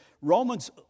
Romans